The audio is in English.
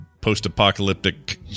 post-apocalyptic